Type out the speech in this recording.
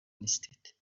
نیستید